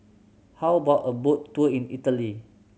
how about a boat tour in Italy